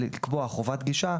ולקבוע חובת גישה,